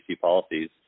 policies